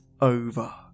over